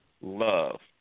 love